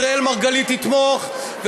ואראל מרגלית יתמוך,